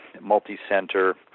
multi-center